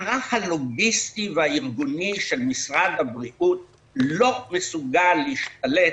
המערך הלוגיסטי והארגוני של משרד הבריאות לא מסוגל להשתלט,